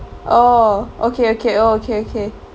oh okay okay oh okay okay